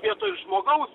vietoj žmogaus